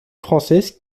française